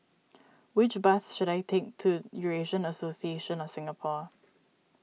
which bus should I take to Eurasian Association of Singapore